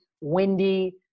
windy